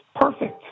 perfect